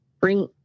bring